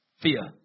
fear